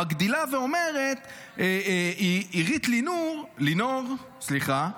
מגדילה ואומרת עירית לִינוּר, לִינוֹר, סליחה.